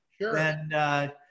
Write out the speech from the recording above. Sure